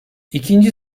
i̇kinci